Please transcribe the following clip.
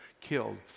killed